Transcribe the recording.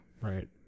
Right